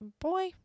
boy